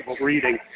reading